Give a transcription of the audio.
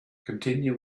continue